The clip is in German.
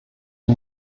sie